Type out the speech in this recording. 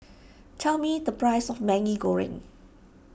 tell me the price of Maggi Goreng